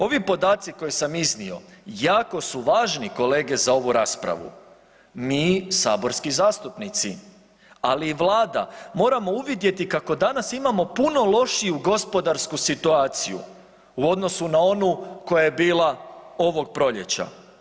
Ovi podaci koje sam iznio jako su važni kolege za ovu raspravu, mi saborski zastupnici, ali Vlada moramo uvidjeti kako danas imamo puno lošiju gospodarsku situaciju u odnosu na onu koja je bila ovog proljeća.